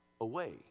away